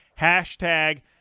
Hashtag